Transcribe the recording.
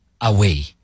away